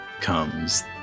comes